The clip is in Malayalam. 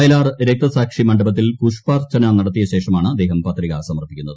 വയലാർ രക്തസാക്ഷി മണ്ഡപത്തിൽ പുഷ്പാർച്ചന നടത്തിയശേഷമാണ് അദ്ദേഹം പത്രിക സമർപ്പിക്കുന്നത്